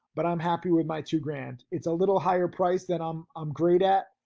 but i'm happy with my two grand. it's a little higher price than i'm i'm great at,